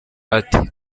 ati